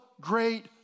great